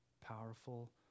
powerful